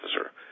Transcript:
officer